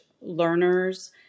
learners